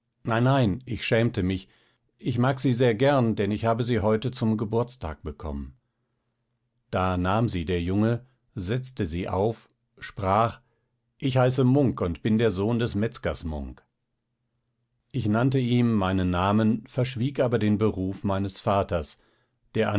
nein nein ich schämte mich ich mag sie sehr gern denn ich habe sie heute zum geburtstag bekommen da nahm sie der junge setzte sie auf sprach ich heiße munk und bin der sohn des metzgers munk ich nannte ihm meinen namen verschwieg aber den beruf meines vaters der